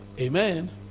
Amen